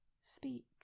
speak